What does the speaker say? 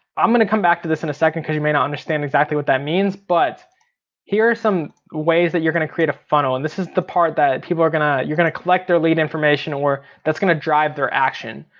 i'm gonna come back to this in a second, because you may not understand exactly what that means. but here are some ways that you're gonna create a funnel. and this is the part that people are gonna, you're gonna collect their lead information where that's gonna drive their action.